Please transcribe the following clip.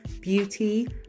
beauty